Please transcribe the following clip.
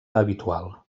habitual